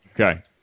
Okay